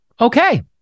okay